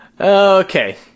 Okay